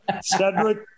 Cedric